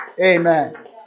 Amen